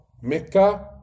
Mecca